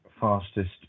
fastest